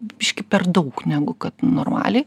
biškį per daug negu kad normaliai